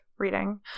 Reading